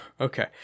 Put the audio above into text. Okay